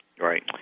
Right